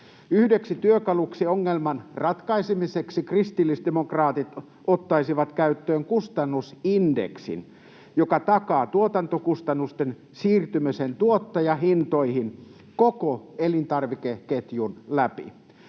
Yhdeksi työkaluksi ongelman ratkaisemiseksi kristillisdemokraatit ottaisivat käyttöön kustannusindeksin, joka takaa tuotantokustannusten siirtymisen tuottajahintoihin koko elintarvikeketjun läpi.